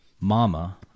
mama